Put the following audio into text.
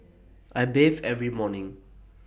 I bathe every morning